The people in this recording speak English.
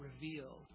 revealed